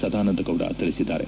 ಸದಾನಂದಗೌಡ ತಿಳಿಸಿದ್ದಾರೆ